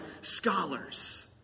scholars